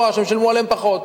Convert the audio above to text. שהם שילמו עליהן פחות.